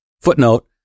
Footnote